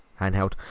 handheld